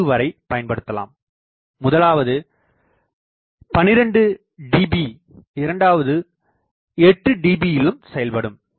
8 வரை பயன்படுத்தலாம் முதலாவது 12 db இரண்டாவது 8db செயல்படும்